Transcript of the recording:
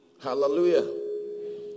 Hallelujah